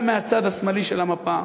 גם מהצד השמאלי של המפה: